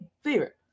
Favorite